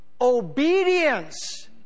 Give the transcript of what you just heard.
Obedience